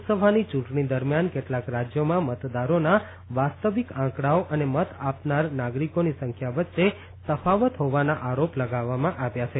લોકસભાની ચૂંટણી દરમ્યાન કેટલાક રાજ્યોમાં મતદારોના વાસ્તિક આંકડાઓ અને મત આપનાર નાગરિકોની સંખ્યા વચ્ચે તફાવત હોવાના આરોપ લગાવવામાં આવ્યા છે